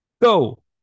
Go